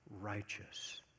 righteous